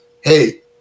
hey